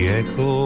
echo